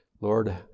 Lord